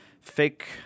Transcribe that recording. fake